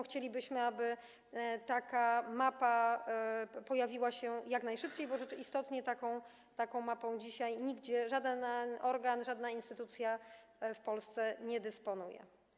Chcielibyśmy, aby taka mapa pojawiła się jak najszybciej, bo istotnie taką mapą dzisiaj nigdzie żaden organ ani żadna instytucja w Polsce nie dysponują.